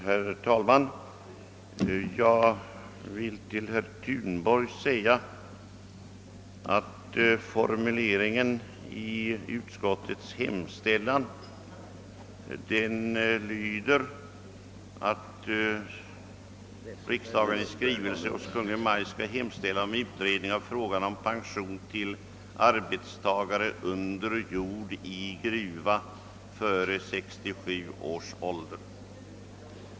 Herr talman! Med anledning av herr Thunborgs anförande vill jag erinra om att utskottets hemställan är formulerad så »att riksdagen ——— måtte i skrivelse till Kungl. Maj:t hemställa om utredning av frågan om pension till arbetstagare under jord i gruva före 67 års ålder».